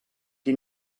qui